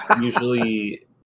Usually